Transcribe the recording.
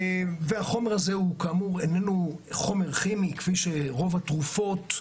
החומר הזה אינו חומר כימי, כמו רוב התרופות.